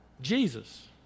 Jesus